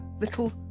little